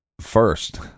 First